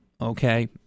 Okay